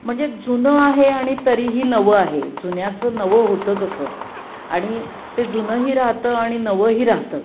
म्हणजे जुनं आहे आणि तरीही नवं आहे जुन्याचं नवं होतं कसं आणि ते जुनंही राहतं आणि नवंही राहतं